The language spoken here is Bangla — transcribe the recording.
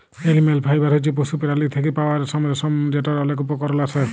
এলিম্যাল ফাইবার হছে পশু পেরালীর থ্যাকে পাউয়া রেশম, পশম যেটর অলেক উপকরল আসে